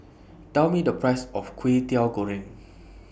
Tell Me The Price of Kway Teow Goreng